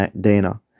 Dana